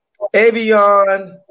Avion